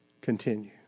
continue